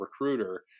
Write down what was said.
recruiter